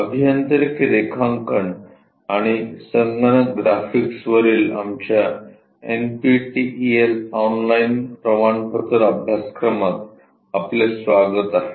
अभियांत्रिकी रेखांकन आणि संगणक ग्राफिक्स वरील आमच्या एनपीटीईएल ऑनलाइन प्रमाणपत्र अभ्यासक्रमात आपले स्वागत आहे